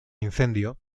incendio